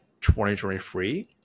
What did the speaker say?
2023